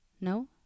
No